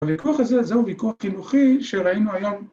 ‫הוויכוח הזה, זהו הוויכוח חינוכי ‫שראינו היום.